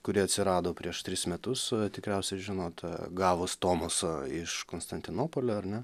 kuri atsirado prieš tris metus tikriausiai žinot gavus tonusą iš konstantinopolio ar ne